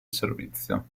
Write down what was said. servizio